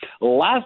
Last